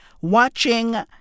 watching